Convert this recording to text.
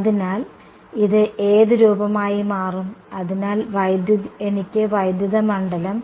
അതിനാൽ ഇത് ഏത് രൂപമായി മാറും അതിനാൽ എനിക്ക് വൈദ്യുത മണ്ഡലം